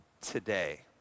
today